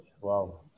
Wow